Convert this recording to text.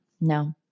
no